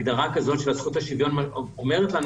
הגדרה כזאת של הזכות לשוויון אומרת לנו